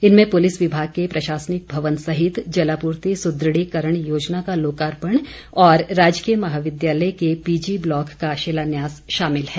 इनमें पुलिस विभाग के प्रशासनिक भवन सहित जलापूर्ति सुदृढ़ीकरण योजना का लोकार्पण और राजकीय महाविद्यालय के पीजी ब्लॉक का शिलान्यास शामिल है